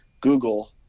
Google